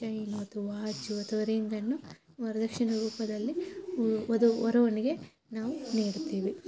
chain ಅದು watch ಅಥ್ವಾ ರಿಂಗನ್ನು ವರದಕ್ಷಿಣೆ ರೂಪದಲ್ಲಿ ವಧು ವರವನಿಗೆ ನಾವು ನೀಡುತ್ತೇವೆ